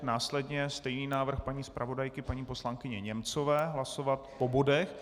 Následně stejný návrh paní zpravodajky paní poslankyně Němcové hlasovat po bodech.